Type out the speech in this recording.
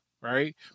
right